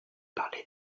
parler